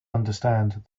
understand